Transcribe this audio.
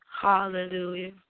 Hallelujah